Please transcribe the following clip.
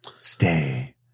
stay